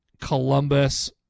Columbus